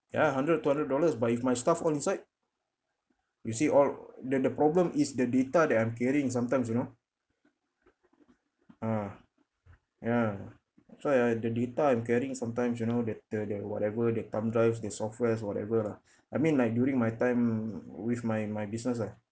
ya hundred two hundred dollars but if my stuff all inside you see all the the problem is the data that I'm carrying sometimes you know ah ya so uh the data I'm carrying sometimes you know the that whatever the thumb drives the softwares whatever lah I mean like during my time with my my business eh